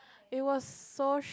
it was so